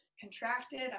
contracted